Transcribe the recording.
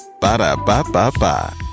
Ba-da-ba-ba-ba